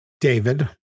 David